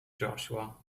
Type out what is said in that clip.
joshua